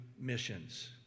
missions